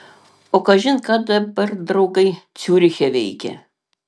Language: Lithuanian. o kažin ką dabar draugai ciuriche veikia